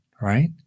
right